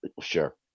Sure